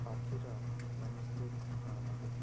পাখিরাও মানুষদের খুব ভালো লাগে